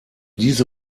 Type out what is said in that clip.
diese